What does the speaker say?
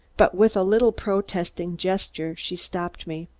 but with a little protesting gesture she stopped me.